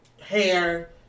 hair